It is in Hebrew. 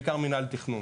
בעיקר מינהל תכנון,